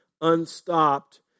unstopped